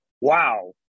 wow